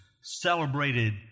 celebrated